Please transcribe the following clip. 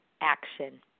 action